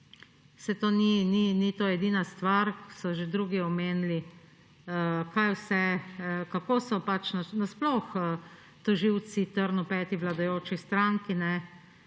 Saj to edina stvar – so že drugi omenili, kako so pač na sploh tožilci trn v peti vladajoči stranki.